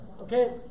Okay